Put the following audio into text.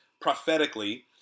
prophetically